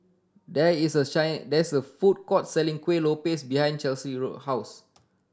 there is a shine there is a food court selling Kuih Lopes behind Chelsie road house